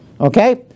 Okay